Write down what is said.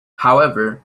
however